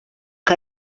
que